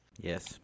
Yes